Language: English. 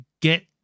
get